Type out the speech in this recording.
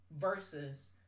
versus